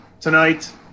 tonight